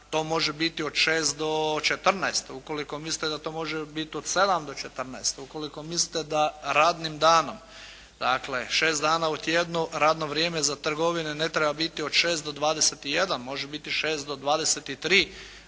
to može biti od 6 do 14, ukoliko mislite da to može biti od 7 do 14, ukoliko mislite da radnim danom, dakle, 6 dana u tjednu radno vrijeme za trgovine ne treba biti od 6 do 21, može biti 6 do 23,